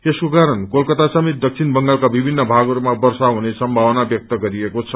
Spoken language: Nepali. यसको कारण कोलकत्ता समेत दक्षिण बंगालका विभिन्न भागहरूमा वर्षा हुने सम्भावना व्यक्त गरेको छ